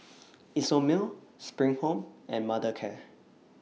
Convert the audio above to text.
Isomil SPRING Home and Mothercare